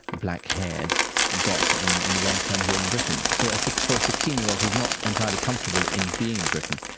black-haired, got in in the long term here in britain? so like for a sixteen year old who is not entirely comfortable in being in britain,